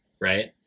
right